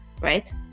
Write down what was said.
right